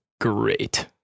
great